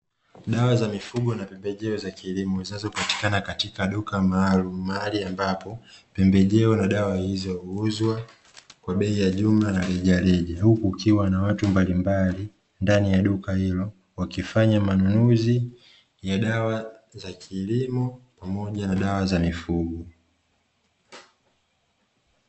Dawa za mifugo na pembejeo za kilimo zinazopatikana katika duka maalumu, mahali ambapo pembejeo na dawa hizo huuzwa kwa bei ya jumla na rejareja. Huku kukiwa na watu mbalimbali ndani ya duka hilo, wakifanya manunuzi ya dawa za kilimo pamoja na dawa za mifugo.